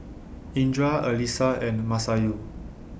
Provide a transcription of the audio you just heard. Indra Alyssa and Masayu